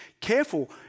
Careful